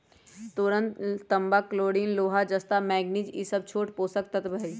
boron तांबा chlorine लोहा जस्ता मैग्निज ई स छोट पोषक तत्त्व हई